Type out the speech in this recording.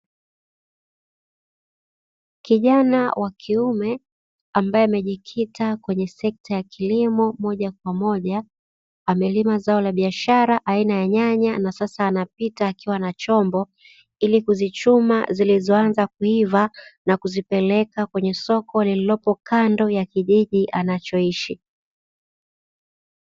Kijana wa kiume ambaye amejikita kwenye sekta ya kilimo moja kwa moja, amelima zao la biashara aina ya nyanya, na sasa anapita akiwa na chombo, ili kuzichuma zilizoanza kuiva na kuzipeleka kwenye soko lilipo kando ya kijiji anachoishi.